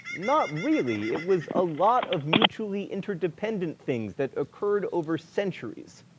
not really. it was a lot of mutually interdependent things that occurred over centuries.